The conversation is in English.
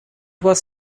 was